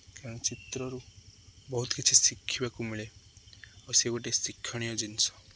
କାରଣ ଚିତ୍ରରୁ ବହୁତ କିଛି ଶିଖିବାକୁ ମିଳେ ଆଉ ସେ ଗୋଟେ ଶିକ୍ଷଣୀୟ ଜିନିଷ